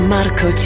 Marco